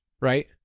right